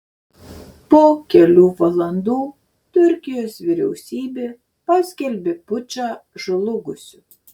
po kelių valandų turkijos vyriausybė paskelbė pučą žlugusiu